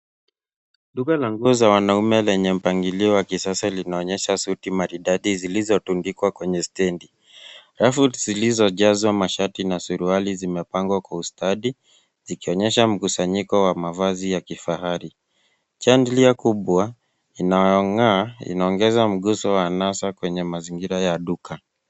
Duka la nguo za wanaume lenye mpangilio wa kisasa linaonyesha suti maridadi zilizotundikwa kwenye stendi. Rafu zilizojazwa mashati na suruali zimepangwa kwa ustadi zikionyesha mkusanyiko wa mavazi ya kifahari. Chandalier kubwa inayong'aa inaongeza mguso wa anasa kwenye mazingira ya duka.